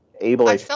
able